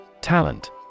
Talent